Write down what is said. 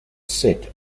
set